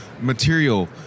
material